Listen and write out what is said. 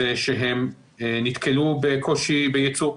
שהם נתקלו בקושי בייצור.